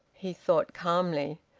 he thought calmly,